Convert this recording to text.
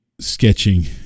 Sketching